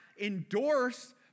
endorse